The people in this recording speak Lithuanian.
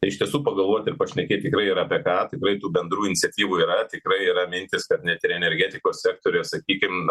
ir iš tiesų pagalvot ir pašnekėt tikrai yra apie ką taip eitų bendrų iniciatyvų yra tikrai yra mintys kad net ir energetikos sektoriuje sakykim